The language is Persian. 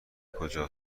کجا